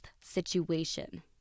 situation